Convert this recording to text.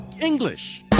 English